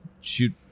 shoot